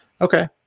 Okay